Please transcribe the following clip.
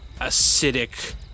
acidic